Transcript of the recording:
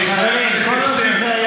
חבר הכנסת שטרן,